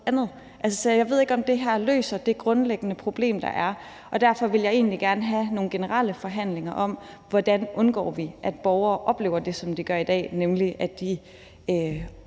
jeg ved ikke, om det her løser det grundlæggende problem, der er. Derfor vil jeg egentlig gerne have nogle generelle forhandlinger om, hvordan vi undgår, at borgere oplever det, som de gør i dag, nemlig at de